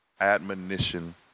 admonition